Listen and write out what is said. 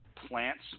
Plants